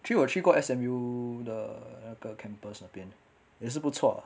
actually 我有去过 S_M_U 的那个 campus 那边也是不错 lah